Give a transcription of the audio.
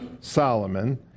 Solomon